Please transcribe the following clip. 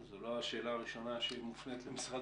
זו לא השאלה הראשונה שמופנית למשרד